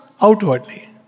outwardly